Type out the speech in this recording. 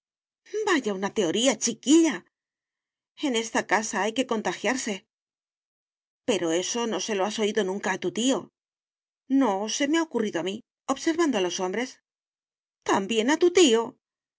vaya unas teorías chiquilla en esta casa hay que contagiarse pero eso no se lo has oído nunca a tu tío no se me ha ocurrido a mí observando a los hombres también a tu tío